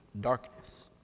darkness